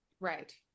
Right